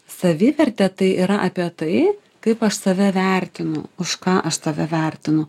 savivertė tai yra apie tai kaip aš save vertinu už ką aš save vertinu